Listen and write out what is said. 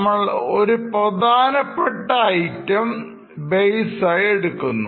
നമ്മൾ ഒരു പ്രധാനപ്പെട്ട ഐറ്റം base ആയി എടുക്കുന്നു